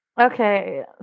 Okay